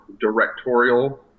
directorial